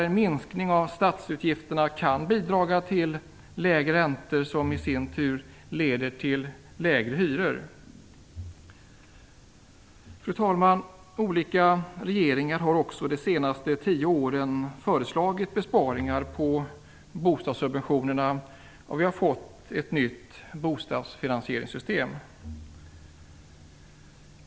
En minskning av statsutgifterna kan bidra till lägre räntor, vilket i sin tur leder till lägre hyror. Fru talman! Olika regeringar har under de senaste tio åren föreslagit besparingar på bostadssubventionerna. Vi har fått ett nytt bostadsfinansieringssystem.